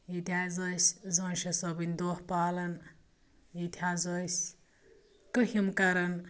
ییٚتہِ حظ ٲسۍ زٲنہٕ شاہ صٲبٕنۍ دۄہ پالان ییٚتہِ حظ ٲسۍ کٔہِم کران